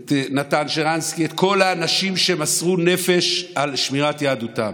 נתן שרנסקי, כל האנשים שמסרו נפש על שמירת יהדותם.